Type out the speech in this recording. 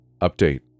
Update